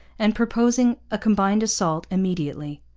and proposing a combined assault immediately.